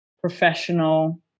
professional